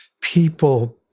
people